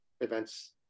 events